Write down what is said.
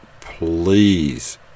please